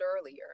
earlier